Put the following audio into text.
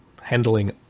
handling